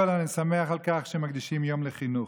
אני שמח על כך שמקדישים יום לחינוך.